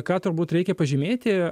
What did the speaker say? ką turbūt reikia pažymėti